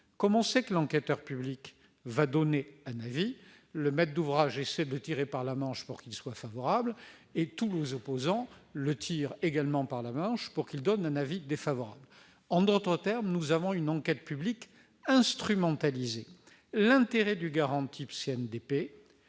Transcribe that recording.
Comme l'on sait que l'enquêteur public va rendre un avis, le maître d'ouvrage essaie de le tirer par une manche pour qu'il soit favorable, et tous les opposants de le tirer par l'autre pour qu'il soit défavorable. En d'autres termes, l'enquête publique est instrumentalisée. L'intérêt du garant type CNDP,